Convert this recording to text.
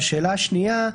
והשאלה שנייה,